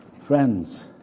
Friends